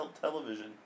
television